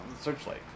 searchlight